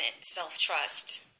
self-trust